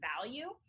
value